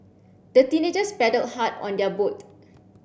the teenagers paddled hard on their boat